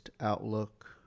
outlook